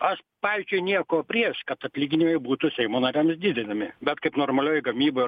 aš pavyzdžiui nieko prieš kad atlyginimai būtų seimo nariams didinami bet kaip normalioj gamyboj